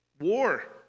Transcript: war